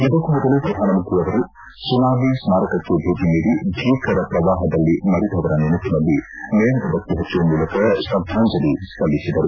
ಇದಕ್ಕೂ ಮೊದಲು ಪ್ರಧಾನಮಂತ್ರಿ ಅವರು ಸುನಾಮಿ ಸ್ನಾರಕಕ್ಕೆ ಭೇಟಿ ನೀಡಿ ಭೀಕರ ಪ್ರವಾಹದಲ್ಲಿ ಮಡಿದವರ ನೆನಪಿನಲ್ಲಿ ಮೇಣದ ಬತ್ತಿ ಹಚ್ಲುವ ಮೂಲಕ ಶ್ರದ್ದಾಂಜಲಿ ಸಲ್ಲಿಸಿದರು